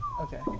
Okay